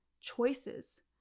choices